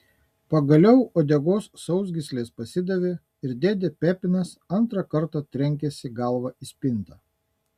pagaliau uodegos sausgyslės pasidavė ir dėdė pepinas antrą kartą trenkėsi galva į spintą